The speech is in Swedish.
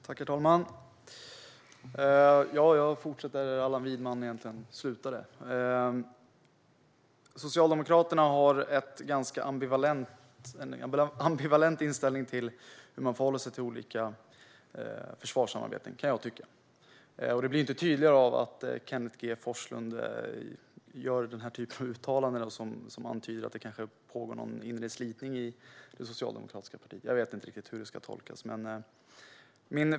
Herr talman! Jag fortsätter där Allan Widman slutade. Socialdemokraterna har en ganska ambivalent inställning när det gäller hur man förhåller sig till olika försvarssamarbeten, kan jag tycka, och det blir ju inte tydligare av att Kenneth G Forslund gör den här typen av uttalanden, som antyder att det kanske pågår någon inre slitning i det socialdemokratiska partiet. Jag vet inte riktigt hur det ska tolkas.